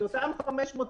לא, לא.